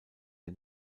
der